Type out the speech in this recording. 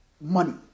money